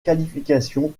qualifications